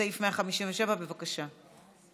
מס' 157, בבקשה.